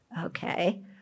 okay